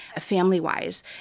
family-wise